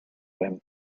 him